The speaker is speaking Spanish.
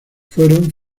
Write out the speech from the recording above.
fueron